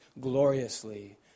gloriously